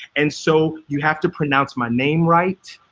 and so you have to pronounce my name right.